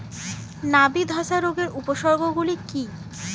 নাবি ধসা রোগের উপসর্গগুলি কি কি?